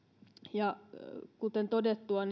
ja kuten todettua